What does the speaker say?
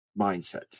mindset